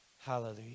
Hallelujah